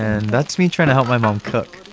and that's me trying to help my mom cook.